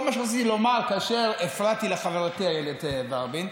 כל מה שרציתי לומר כאשר הפרעתי לחברתי איילת ורבין,